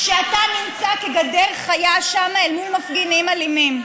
כשאתה נמצא כגדר חיה שם אל מול מפגינים אלימים.